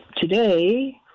Today